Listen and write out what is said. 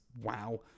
wow